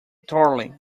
darling